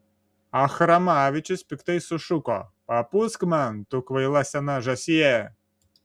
achramavičius piktai sušuko papūsk man tu kvaila sena žąsie